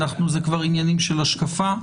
זה כבר עניינים של השקפה.